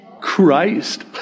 Christ